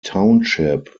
township